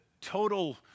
total